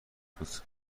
بود